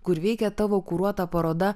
kur veikia tavo kuruota paroda